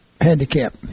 handicap